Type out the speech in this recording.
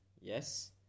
yes